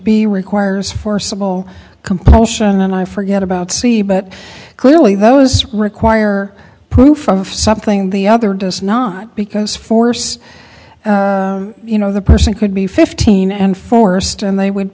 b requires forcible compulsion and i forget about c but clearly those require proof of something the other does not because force you know the person could be fifteen and forced and they would